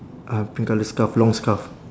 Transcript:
uh pink colour scarf long scarf